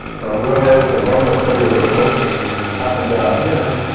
but whereas the loma prieta earthquake happened down here,